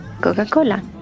Coca-Cola